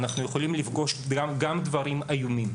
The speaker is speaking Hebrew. אנחנו יכולים לפגוש גם דברים איומים